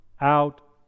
out